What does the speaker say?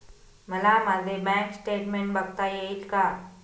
मला माझे bank statement बघता येईल का?